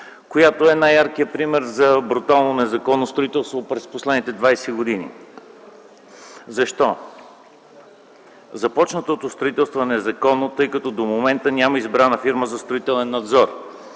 която е най-яркият пример за брутално незаконно строителство през последните 20 години. Защо? 1. Започнатото строителство е незаконно, тъй като до момента няма избрана фирма за строителен надзор.